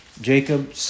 Jacob